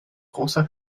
großer